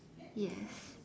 yes